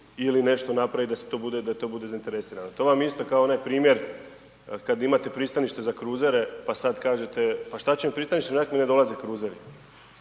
ili nešto napraviti da to bude zainteresirano. To vam je isto kao onaj primjer kad imate pristanište za kruzere pa sad kažete pa šta će mi pristanište, ionako mi ne dolaze kruzeri.